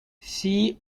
see